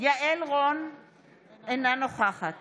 יעל רון בן משה, אינה נוכחת